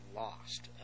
lost